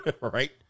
right